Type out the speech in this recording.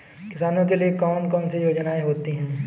किसानों के लिए कौन कौन सी योजनायें होती हैं?